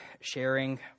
sharing